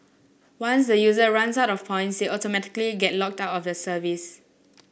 once the user runs out of points they automatically get locked out of the service